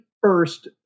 first